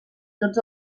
tots